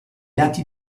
lati